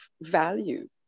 value